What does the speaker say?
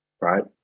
right